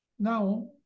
Now